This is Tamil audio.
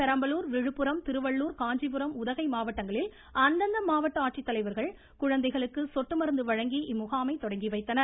பெரம்பலூர் விழுப்புரம் திருவள்ளுர் காஞ்சிபுரம் கிருச்சி உககை மாவட்டங்களில் அந்தந்த அமாவட்ட ஆட்சித்தலைவர்கள் குழந்தைகளுக்கு சொட்டு மருந்து வழங்கி இம்முகாமை தொடங்கி வைத்தனர்